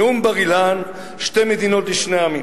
נאום בר-אילן, שתי מדינות לשני עמים,